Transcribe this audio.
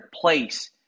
place